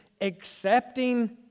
accepting